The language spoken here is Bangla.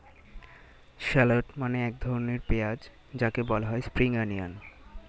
শ্যালোট মানে এক ধরনের পেঁয়াজ যাকে বলা হয় স্প্রিং অনিয়ন